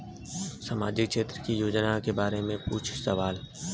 सामाजिक क्षेत्र की योजनाए के बारे में पूछ सवाल?